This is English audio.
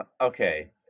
Okay